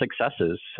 successes